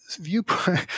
viewpoint